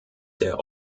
der